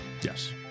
Yes